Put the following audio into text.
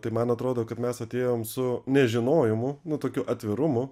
tai man atrodo kad mes atėjom su nežinojimu nu tokiu atvirumu